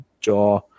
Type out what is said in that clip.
jaw